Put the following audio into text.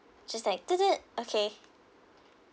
just like okay